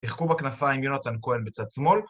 ‫שיחקו בכנפיים יונתן כהן בצד שמאל.